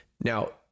Now